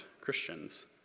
Christians